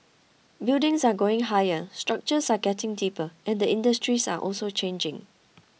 buildings are going higher structures are getting deeper and industries are also changing